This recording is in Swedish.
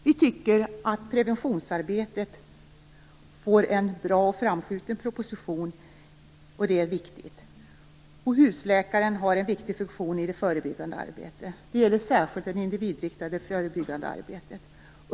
Vi tycker att det är viktigt att preventionsarbetet får en framskjuten position. Husläkaren har en viktig funktion i det förebyggande arbetet. Det gäller särskilt det individinriktade förebyggande arbetet.